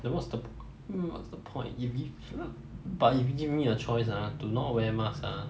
then what's the what's the point if if sure but if you give me your choice ah to not wear mask ah